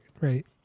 right